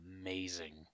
amazing